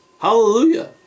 hallelujah